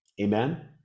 Amen